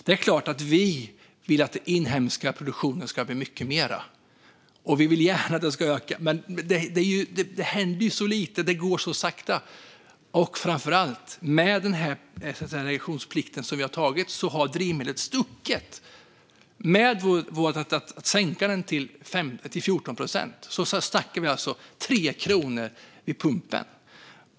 Det är klart att vi vill att den inhemska produktionen ska bli mycket större. Vi vill gärna att den ska öka. Men det händer så lite. Det går så sakta. Framför allt har drivmedelspriset stuckit i väg i och med det beslut som vi tog om reduktionsplikten. Med vårt förslag om att sänka reduktionsplikten till 14 procent snackar vi om 3 kronor mindre vid pumpen.